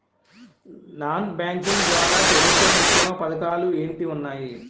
Non banking ద్వారా ప్రభుత్వ సంక్షేమ పథకాలు ఏంటి ఉన్నాయి?